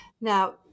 Now